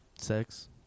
Sex